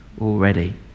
already